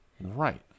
Right